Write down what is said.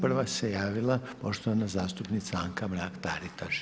Prva se javila poštovana zastupnica Anka Mrak Taritaš.